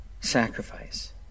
sacrifice